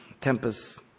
tempest